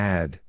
Add